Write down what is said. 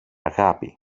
αγάπη